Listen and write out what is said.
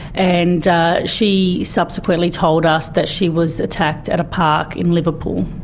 and she subsequently told us that she was attacked at a park in liverpool.